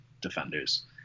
defenders